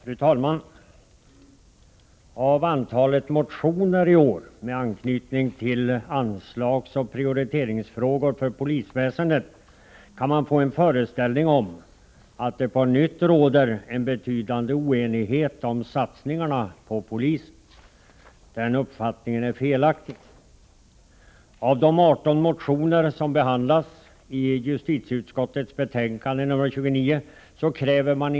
Fru talman! Av antalet motioner i år med anknytning till anslagsoch prioriteringsfrågor för polisväsendet kan man få en föreställning om att det på nytt råder en betydande oenighet om satsningarna på polisen. Den uppfattningen är felaktig. I justitieutskottets betänkande nr 29 behandlas 18 motioner.